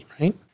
Right